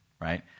right